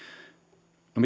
no